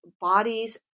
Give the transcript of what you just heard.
bodies